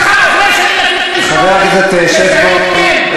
זמנך תם, אני מבקש שתרד מהדוכן.